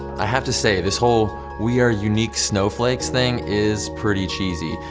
i have to say, this whole we are unique snowflakes thing is pretty cheesy.